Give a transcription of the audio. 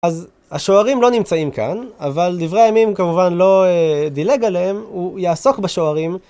אז השוערים לא נמצאים כאן, אבל דברי הימים כמובן לא דילג עליהם, הוא יעסוק בשוערים.